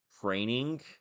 training